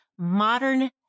modern